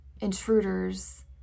intruders